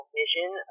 vision